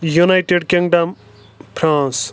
united Kingdom France